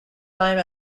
time